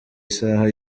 isaha